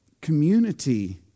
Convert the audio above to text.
community